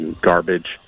garbage